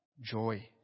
joy